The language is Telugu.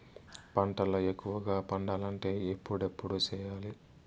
పంటల ఎక్కువగా పండాలంటే ఎప్పుడెప్పుడు సేయాలి?